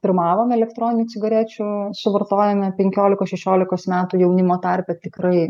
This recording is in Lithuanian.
pirmavome elektroninių cigarečių suvartojime penkiolikos šešiolikos metų jaunimo tarpe tikrai